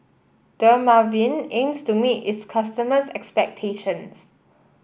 Dermaveen aims to meet its customers' expectations